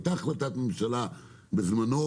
הייתה החלטת ממשלה בזמנו